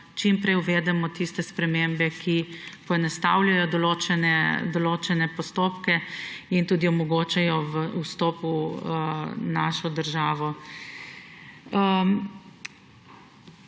čim prej uvedemo tiste spremembe, ki poenostavljajo določene postopke in tudi omogočajo vstop v našo državo.